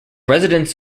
residents